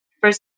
First